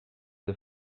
the